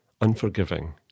unforgiving